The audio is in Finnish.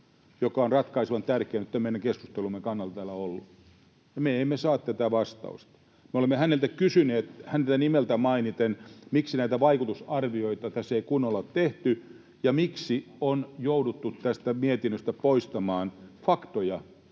— Se on ratkaisevan tärkeä nyt tämän meidän keskustelumme kannalta täällä ollut, ja me emme saa tätä vastausta. Me olemme häneltä kysyneet nimeltä mainiten, miksi näitä vaikutusarvioita tässä ei kunnolla ole tehty ja miksi on jouduttu tästä mietinnöstä poistamaan faktoja,